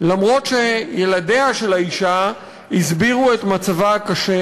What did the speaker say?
אף שילדיה של האישה הסבירו את מצבה הקשה.